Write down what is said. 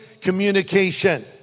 communication